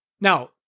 Now